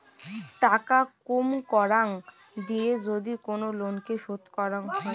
টাকা কুম করাং দিয়ে যদি কোন লোনকে শোধ করাং হই